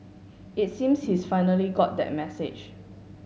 it seems he's finally got that message